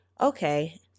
okay